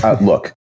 Look